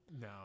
No